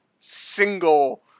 single